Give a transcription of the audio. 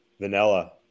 vanilla